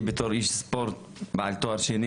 אני בתור איש ספורט בעל תואר שני